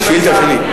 זו שאילתא שלי.